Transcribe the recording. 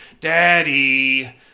Daddy